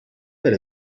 per